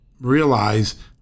realize